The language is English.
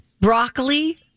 Broccoli